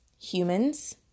humans